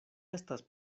estas